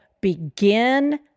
begin